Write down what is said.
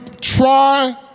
try